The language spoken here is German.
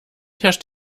herrscht